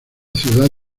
ciudad